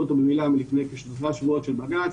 אותו במילה מלפני שלושה שבועות של בג"ץ,